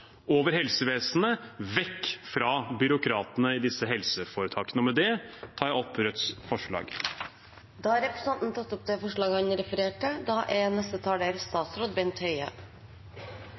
vekk fra byråkratene i disse helseforetakene. Med det tar jeg opp Rødts forslag. Da har representanten Bjørnar Moxnes tatt opp det forslaget han refererte til. Det oversendte forslaget om helseforetaksmodellen er